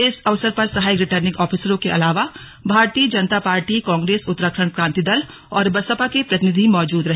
इस अवसर पर सहायक रिटर्निंग ऑफिसरों के अलावा भारतीय जनता पार्टी कांग्रेस उत्तराखंड क्रांति दल और बसपा के प्रतिनिधि मौजूद रहे